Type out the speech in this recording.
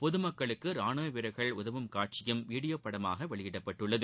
பொது மக்களுக்கு ராணுவ வீரர்கள் உதவும் காட்சியும் வீடியோ படமாக வெளியிடப்பட்டுள்ளது